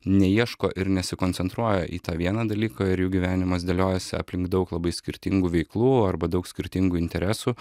neieško ir nesikoncentruoja į tą vieną dalyką ir jų gyvenimas dėliojasi aplink daug labai skirtingų veiklų arba daug skirtingų interesų